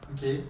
okay